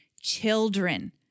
children